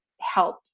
help